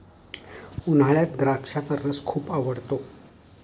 उन्हाळ्यात द्राक्षाचा रस खूप आवडतो